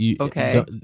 Okay